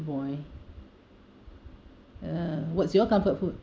boy ah what's your comfort food